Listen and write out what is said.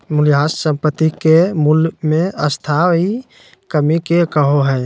मूल्यह्रास संपाति के मूल्य मे स्थाई कमी के कहो हइ